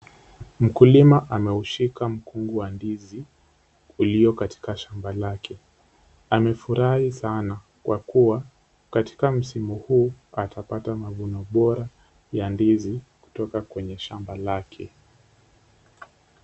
Mkulima anaushika mkungu wa ndizi ulio katika shamba lake. Amefurahi sana kwa kuwa katika msimu huu, atapata mavuno bora ya ndizi kutoka kwenye shamba lake.